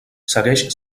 segueix